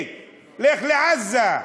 לך לעזה,